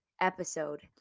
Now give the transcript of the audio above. episode